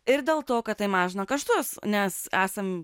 ir dėl to kad tai mažina kaštus nes esam